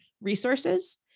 resources